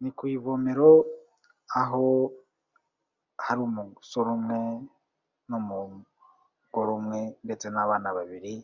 Ni ku ivomero aho hari umusore umwe n'umugore umwe ndetse n'abana babiri